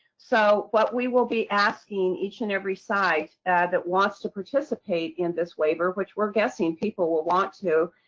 so what we will be asking each and every site that wants to participate in this waiver, which we're guessing people will want to.